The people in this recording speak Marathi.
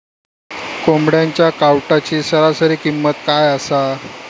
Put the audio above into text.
कोंबड्यांच्या कावटाची सरासरी किंमत काय असा?